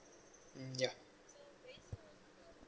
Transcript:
ya